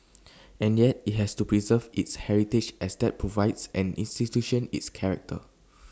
and yet IT has to preserve its heritage as that provides an institution its character